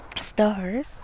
stars